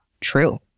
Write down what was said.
true